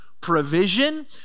provision